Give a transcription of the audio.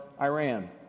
Iran